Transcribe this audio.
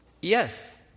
yes